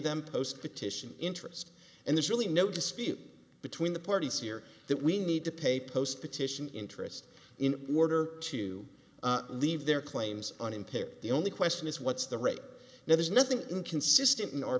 them post petition interest and there's really no dispute between the parties here that we need to pay post petition interest in order to leave their claims unimpaired the only question is what's the rate now there's nothing inconsistent in our